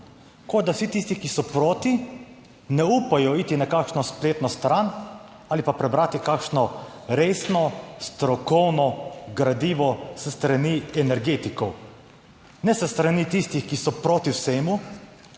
Kot da vsi tisti, ki so proti, ne upajo iti na kakšno spletno stran ali pa prebrati kakšno resno strokovno gradivo s strani energetikov. Ne s strani tistih, ki so proti vsemu,